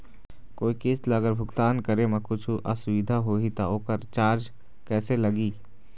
कोई किस्त ला अगर भुगतान करे म कुछू असुविधा होही त ओकर चार्ज कैसे लगी?